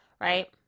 right